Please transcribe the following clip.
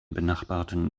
benachbarten